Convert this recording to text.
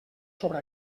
sobre